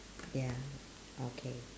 ya okay